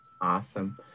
Awesome